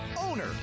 Owner